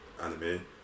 anime